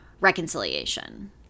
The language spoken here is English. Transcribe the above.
reconciliation